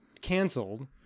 canceled